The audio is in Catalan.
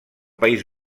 país